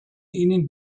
ihnen